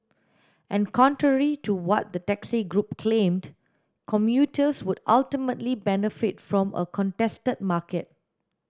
and contrary to what the taxi group claimed commuters would ultimately benefit from a contested market